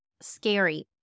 scary